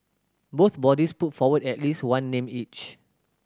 both bodies put forward at least one name each